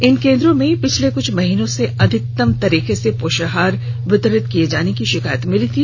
इन केंद्रों में पिछले कुछ महीनों से अनियमित तरीके से पोषाहार वितरित किए जाने की शिकायत मिली थी